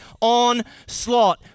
onslaught